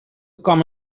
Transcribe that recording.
com